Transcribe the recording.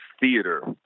theater